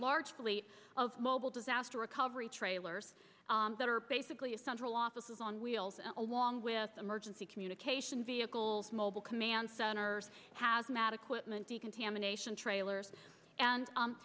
large fleet of mobile disaster recovery trailers that are basically a central offices on wheels along with emergency communication vehicles mobile command centers hazmat equipment decontamination trailers and